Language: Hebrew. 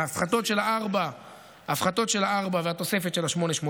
ההפחתות של 4 מיליארד השקלים והתוספת של 8.8